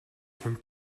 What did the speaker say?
хүн